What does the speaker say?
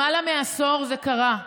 למעלה מעשור זה קרה.